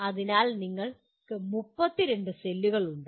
അതിനാൽ നിങ്ങൾക്ക് 32 സെല്ലുകളുണ്ട്